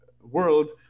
world